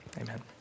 amen